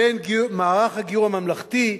בין במערך הגיור הממלכתי.